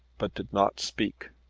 but did not speak.